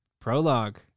Prologue